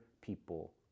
people